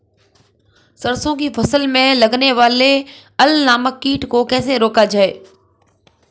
सरसों की फसल में लगने वाले अल नामक कीट को कैसे रोका जाए?